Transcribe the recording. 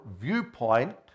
viewpoint